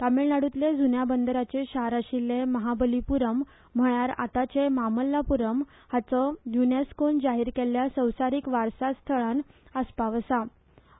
तामीळनाड्रतले जुन्या बंदराचे शार आशिल्ले महाबलीपुरम म्हळ्यार आताचे मामल्लापुरम हाचो युनेस्कोन जाहीर केल्ल्या संवसारिक वारसा स्थळान आस्पाव जाता